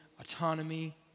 autonomy